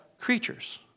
creatures